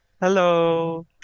Hello